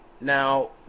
Now